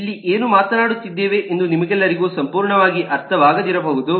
ಇಲ್ಲಿ ಏನು ಮಾತನಾಡುತ್ತಿದ್ದೇನೆಂದು ನಿಮಗೆಲ್ಲರಿಗೂ ಸಂಪೂರ್ಣವಾಗಿ ಅರ್ಥವಾಗದಿರಬಹುದು